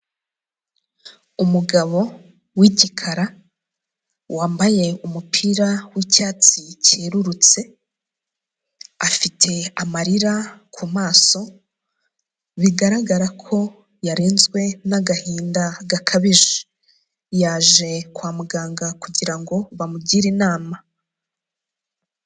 Umugabo w'igikara wambaye umupira w'icyatsi cyerurutse afite amarira ku maso bigaragara ko yarenzwe n'agahinda gakabije, yaje kwa muganga kugira ngo bamugire inama.